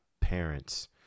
parents